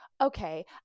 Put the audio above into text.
Okay